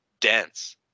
dense